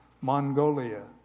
Mongolia